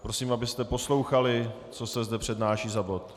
Prosím, abyste poslouchali, co se zde přednáší za bod.